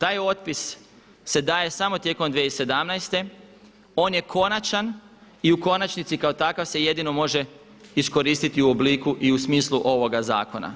Taj otpis se daje samo tijekom 2017., on je konačan i u konačnici kao takav se jedino može iskoristiti u obliku i u smislu ovoga zakona.